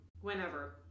whenever